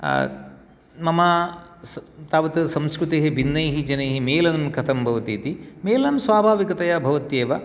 मम तावत् संस्कृतिः भिन्नैः जनैः मेलनं कथं भवति इति मेलनं स्वाभाविकतया भवत्येव